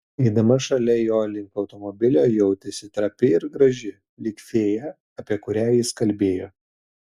eidama šalia jo link automobilio jautėsi trapi ir graži lyg fėja apie kurią jis kalbėjo